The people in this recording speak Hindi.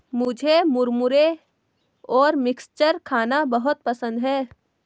मुझे मुरमुरे और मिक्सचर खाना बहुत पसंद है